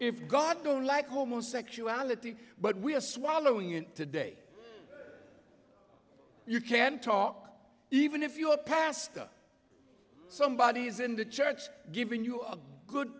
if god don't like homosexuality but we are swallowing it today you can talk even if you are a pastor somebody is in the church giving you a good